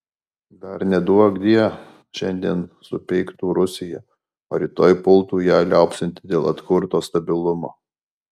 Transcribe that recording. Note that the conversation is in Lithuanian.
dar neduokdie šiandien supeiktų rusiją o rytoj pultų ją liaupsinti dėl atkurto stabilumo